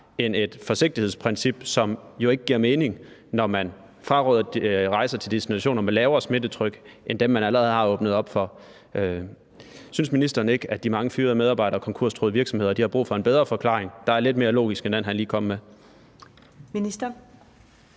end et forsigtighedsprincip, som jo ikke giver mening, når man fraråder rejser til destinationer med lavere smittetryk end dem, man allerede har åbnet op for? Synes ministeren ikke, at de mange fyrede medarbejdere og konkurstruede virksomheder har brug for en bedre forklaring, der er lidt mere logisk, end den, ministeren lige kom med? Kl.